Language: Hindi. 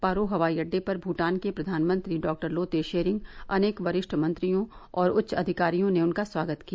पारो हवाई अड्डे पर भूटान के प्रधानमंत्री डॉ लोते शेरिंग अनेक वरिष्ठ मंत्रियों और उच्च अधिकारियों ने उनका स्वागत किया